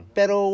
Pero